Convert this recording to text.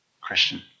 Christian